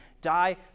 die